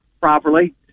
properly